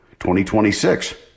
2026